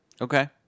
Okay